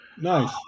Nice